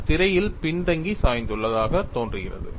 இது திரையில் பின்தங்கி சாய்ந்ததாக தோன்றுகிறது